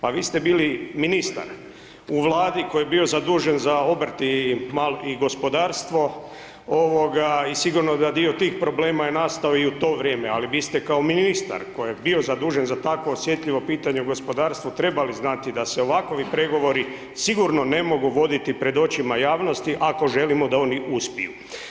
Pa vi ste bili ministar u Vladi koji je bio zadužen za obrt i gospodarstvo i sigurno da dio tih problema je nastao i u to vrijeme, ali vi ste kao ministar koji je bio zadužen za takvo osjetljivo pitanje u gospodarstvu, trebali znati da se ovakovi pregovori sigurno ne mogu voditi pred očima javnosti ako želimo da oni uspiju.